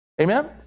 Amen